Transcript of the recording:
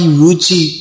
ruchi